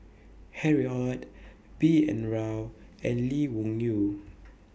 Harry ORD B N Rao and Lee Wung Yew